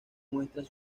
muestras